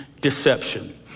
deception